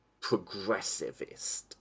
progressivist